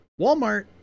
Walmart